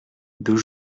deux